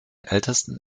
ältesten